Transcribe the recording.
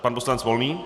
Pan poslanec Volný.